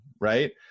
right